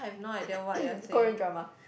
Korean drama